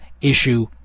issue